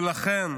ולכן,